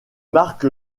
marque